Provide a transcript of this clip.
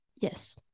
Yes